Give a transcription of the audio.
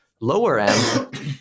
lower-end